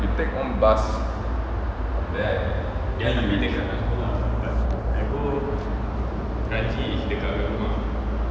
you take one bus